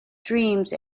dreams